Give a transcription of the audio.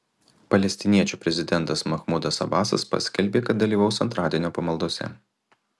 palestiniečių prezidentas mahmudas abasas paskelbė kad dalyvaus antradienio pamaldose